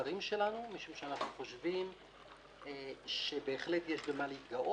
במוצרים שלנו משום שאנו חושבים שבהחלט יש במה להתגאות,